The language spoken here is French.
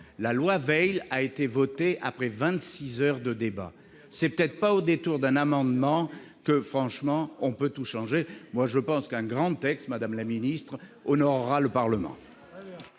La loi Veil a été votée après vingt-six heures de débat. Ce n'est pas au détour d'un amendement que l'on peut tout changer. Je pense qu'un grand texte, madame la ministre, honorera le Parlement.